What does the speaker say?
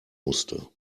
musste